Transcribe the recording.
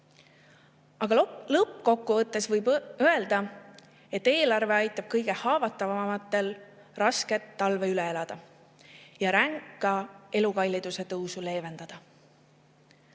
Aga lõppkokkuvõttes võib öelda, et eelarve aitab kõige haavatavamatel rasket talve üle elada ja ränka elukalliduse tõusu leevendada.